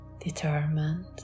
determined